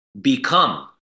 become